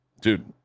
Dude